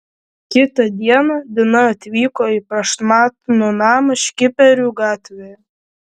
kitą dieną dina atvyko į prašmatnų namą škiperių gatvėje